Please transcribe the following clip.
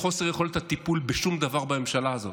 חוסר יכולת הטיפול בשום דבר בממשלה הזו.